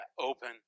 open